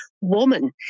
woman